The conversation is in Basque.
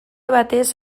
batez